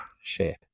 shape